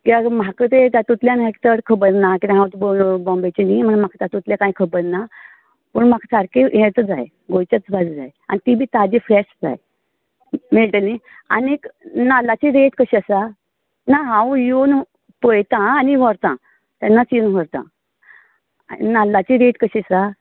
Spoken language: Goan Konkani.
कित्याक म्हाका तें तातूंतल्यान चड खबर ना कारण हांव बाॅम्बेचें न्ही म्हण म्हाका तातूतलें कांय खबर ना पूण म्हाका सारकें येंच जाय गोंयचेंच भाजी जाय आनी ती बी ताजी फ्रेश जाय मेळली न्ही आनीक नाल्लाची रेट कशी आसा ना हांव येवन पयतां आनी व्हरता तेन्नाच येवन व्हरता नाल्लाची रेट कशी आसा